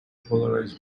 polarized